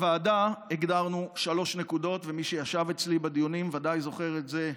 בוועדה הגדרנו שלוש נקודות ומי שישב אצלי בדיונים ודאי זוכר את זה,